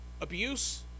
Abuse